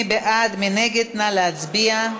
מי בעד, מי נגד, נא להצביע.